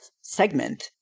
segment